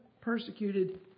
persecuted